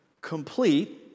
complete